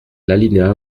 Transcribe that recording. l’alinéa